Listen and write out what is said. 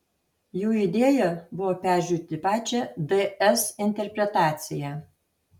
jų idėja buvo peržiūrėti pačią ds interpretaciją